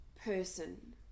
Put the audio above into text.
person